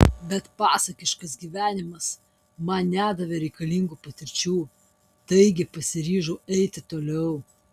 bet pasakiškas gyvenimas man nedavė reikalingų patirčių taigi pasiryžau eiti toliau